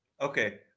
Okay